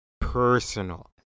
personal